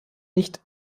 nicht